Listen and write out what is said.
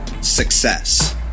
success